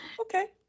Okay